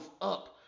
up